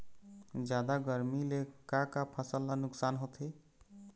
जादा गरमी ले का का फसल ला नुकसान होथे?